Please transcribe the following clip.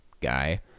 guy